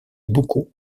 beaucoup